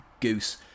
goose